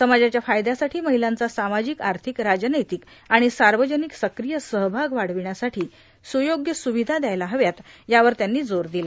समाजाच्या फ्रायबासाठी महिलांचा सामाजिक आर्थिक राजनैतिक आणि सार्वजनिक सक्रीय सहभाग वाढविण्यासाठी सुयोग्य सुविधा द्यायला हव्यात यावर त्यांनी जोर दिला